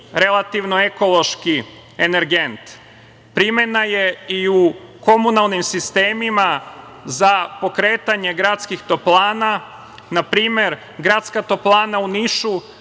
relativno ekološki energent. Primena je i u komunalnim sistemima za pokretanje gradskih toplana. Na primer, Gradska toplana u Nišu